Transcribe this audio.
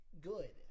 good